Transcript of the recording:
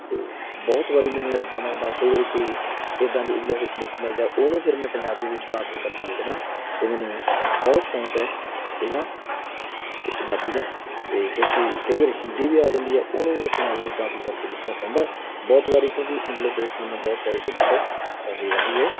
ਅਤੇ ਬਹੁਤ ਵਾਰੀ ਮੇਰੇ ਨਾਲ ਇੱਦਾਂ ਦਾ ਹੁੰਦਾ ਕਈ ਵਾਰੀ ਕੋਈ ਇੱਦਾਂ ਦੀ ਇੰਗਲਿਸ਼ ਵਿੱਚ ਬੁੱਕ ਮਿਲ ਜਾ ਉਹਨੂੰ ਫਿਰ ਮੈਂ ਪੰਜਾਬੀ ਵਿੱਚ ਟ੍ਰਾਂਸਲੇਟ ਕਰਕੇ ਵੇਖਦਾ ਅਤੇ ਮੈਨੂੰ ਬਹੁਤ ਸ਼ੌਂਕ ਹੈ ਵੀ ਨਾ ਅਤੇ ਪੰਜਾਬੀ ਦਾ ਅਤੇ ਕਿਉਂਕਿ ਕਈ ਵਾਰੀ ਹਿੰਦੀ ਵੀ ਆ ਜਾਂਦੀ ਆ ਉਹਨੂੰ ਵੀ ਮੈਨੂੰ ਪੰਜਾਬੀ ਦੇ ਵਿੱਚ ਟ੍ਰਾਂਸਲੇਟ ਕਰਕੇ ਵੇਖਣਾ ਪੈਂਦਾ ਬਹੁਤ ਵਾਰੀ ਕਿਉਂਕਿ ਇੰਗਲਿਸ਼ ਦੇ ਵਿੱਚ ਮੈਨੂੰ ਬਹੁਤ ਸਾਰੀ ਦਿੱਕਤ ਆਉਂਦੀ ਰਹਿੰਦੀ ਹੈ